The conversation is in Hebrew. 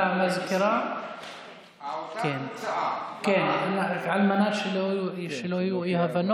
אין לי כוונה לעצור שם.